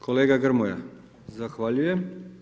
Kolega Grmoja zahvaljujem.